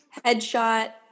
headshot